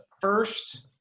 first